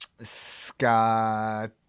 Scott